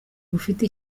bufite